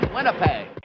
Winnipeg